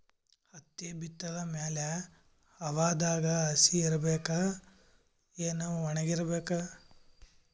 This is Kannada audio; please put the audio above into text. ಹತ್ತಿ ಬಿತ್ತದ ಮ್ಯಾಲ ಹವಾದಾಗ ಹಸಿ ಇರಬೇಕಾ, ಏನ್ ಒಣಇರಬೇಕ?